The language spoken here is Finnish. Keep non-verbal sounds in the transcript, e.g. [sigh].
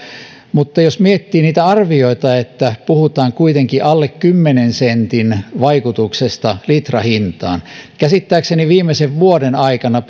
mutta voidaan miettiä niitä arvioita että puhutaan kuitenkin alle kymmenen sentin vaikutuksesta litrahintaan käsittääkseni viimeisen vuoden aikana [unintelligible]